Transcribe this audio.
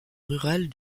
rurale